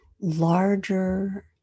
larger